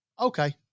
Okay